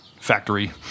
factory